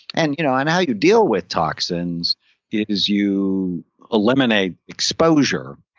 and you know and how you deal with toxins is you eliminate exposure,